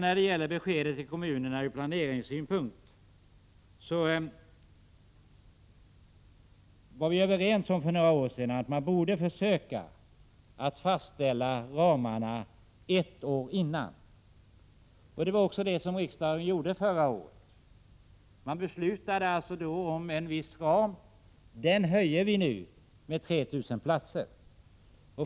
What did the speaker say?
När det gäller besked till kommunerna ur planeringssynpunkt var vi för några år sedan överens om att försöka fastställa ramarna ett år tidigare. Det var också det som riksdagen gjorde förra året, då beslut fattades om en viss ram. Ramen utökas nu med 3 000 platser.